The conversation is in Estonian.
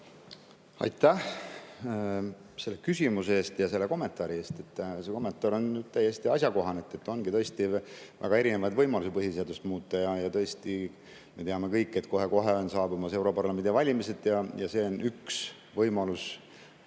Aitäh selle küsimuse ja kommentaari eest! See kommentaar on täiesti asjakohane. Ongi tõesti väga erinevaid võimalusi põhiseadust muuta ja me kõik teame, et kohe-kohe on saabumas europarlamendi valimised, ja see on üks võimalus,